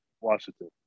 Washington